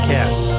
Cast